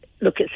look